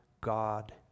God